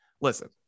Listen